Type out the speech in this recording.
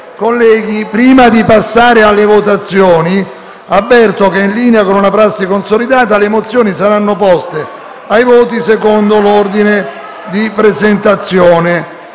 Colleghi, prima di passare alla votazione, avverto che, in linea con una prassi consolidata, le mozioni saranno poste ai voti secondo l'ordine di presentazione.